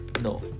No